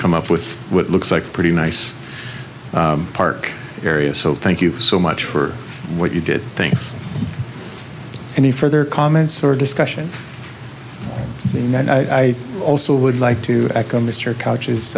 come up with what looks like a pretty nice park area so thank you so much for what you did things any further comments or discussion and i also would like to echo mr couches